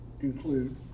include